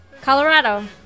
Colorado